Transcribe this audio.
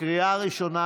לקריאה ראשונה,